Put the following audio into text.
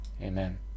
amen